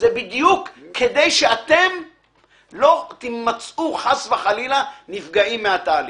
בדיוק כדי שאתם לא תימצאו חס וחלילה נפגעים מהתהליך,